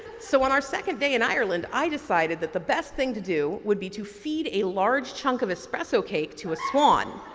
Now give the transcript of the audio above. so, on our second day in ireland i decided that the best thing to do would be to feed a large chunk of espresso cake to a swan.